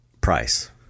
price